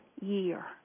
year